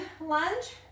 lunge